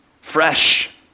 fresh